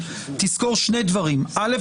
תזכור שני דברים: ראשית,